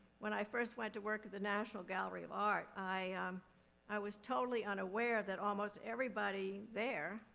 when i first went to work at the national gallery of art, i i was totally unaware that almost everybody there,